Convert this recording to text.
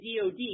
DOD